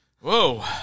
Whoa